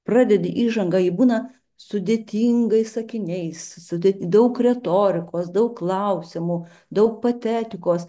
pradedi įžanga ji būna sudėtingais sakiniais sudėti daug retorikos daug klausimų daug patetikos